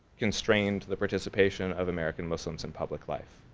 constrained the participation of american muslims in public life.